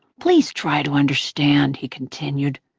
please try to understand, he continued,